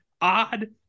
odd